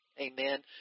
Amen